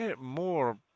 more